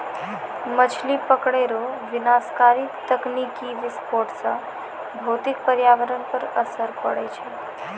मछली पकड़ै रो विनाशकारी तकनीकी विस्फोट से भौतिक परयावरण पर असर पड़ै छै